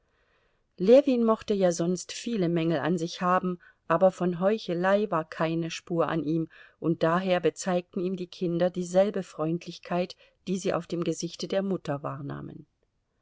ljewin mochte ja sonst viele mängel an sich haben aber von heuchelei war keine spur an ihm und daher bezeigten ihm die kinder dieselbe freundlichkeit die sie auf dem gesichte der mutter wahrnahmen